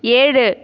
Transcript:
ஏழு